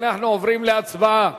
רבותי, אנחנו עוברים להצבעה